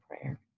prayer